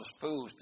fools